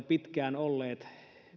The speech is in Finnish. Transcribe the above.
pitkään olleet